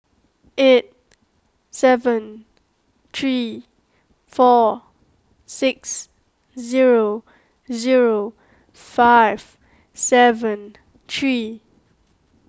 eight seven three four six zero zero five seven three